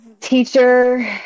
teacher